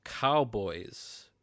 Cowboys